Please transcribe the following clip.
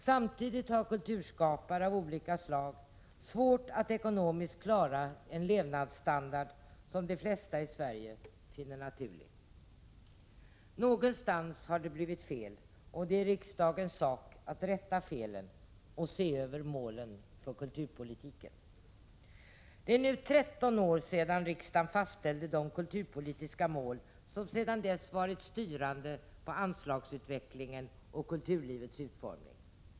Samtidigt har kulturskapare av olika slag svårt att ekonomiskt klara en levnadsstandard som de flesta i Sverige finner naturlig. Någonstans har det blivit fel, och det är riksdagens sak att rätta felen och se över målen för kulturpolitiken. Det är nu 13 år sedan riksdagen fastställde de kulturpolitiska mål som sedan dess varit styrande för anslagsutvecklingen och kulturlivets utformning.